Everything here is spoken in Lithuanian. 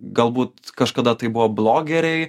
galbūt kažkada tai buvo blogeriai